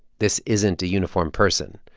this isn't a uniformed person,